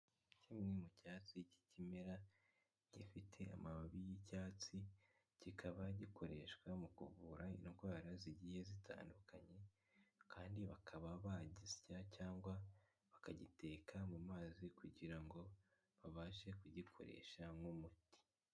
Kimwe mu cyatsi cy'ikimera gifite amababi y'icyatsi, kikaba gikoreshwa mu kuvura indwara zigiye zitandukanye, kandi bakaba bagisya cyangwa bakagiteka mu mazi kugira ngo babashe kugikoresha nk'umuti.